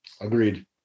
Agreed